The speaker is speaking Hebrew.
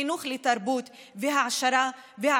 חינוך לתרבות והעשרה,